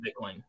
bitcoin